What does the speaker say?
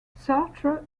sartre